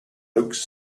oaks